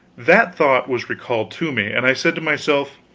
that thought was recalled to me, and i said to myself,